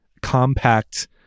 compact